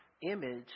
image